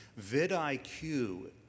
vidIQ